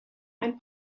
ein